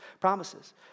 promises